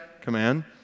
command